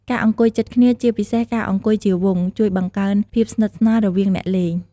ការអង្គុយជិតគ្នា ជាពិសេសការអង្គុយជាវង់ ជួយបង្កើនភាពស្និទ្ធស្នាល រវាងអ្នកលេង។